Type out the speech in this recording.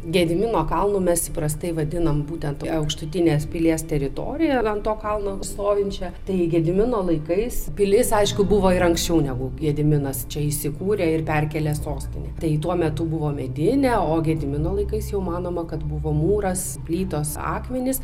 gedimino kalnu mes įprastai vadinam būtent aukštutinės pilies teritorijoją ant to kalno stovinčią tai gedimino laikais pilis aišku buvo ir anksčiau negu gediminas čia įsikūrė ir perkėlė sostinę tai tuo metu buvo medinė o gedimino laikais jau manoma kad buvo mūras plytos akmenys